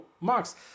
Max